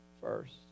first